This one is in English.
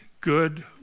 good